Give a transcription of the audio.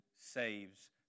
saves